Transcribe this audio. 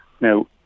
Now